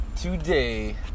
today